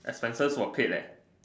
expenses were paid leh